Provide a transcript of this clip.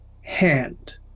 hand